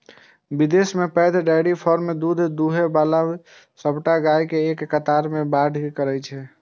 विदेश मे पैघ डेयरी फार्म मे दूध दुहै बला सबटा गाय कें एक कतार मे ठाढ़ कैर दै छै